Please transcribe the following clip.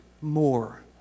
more